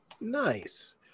Nice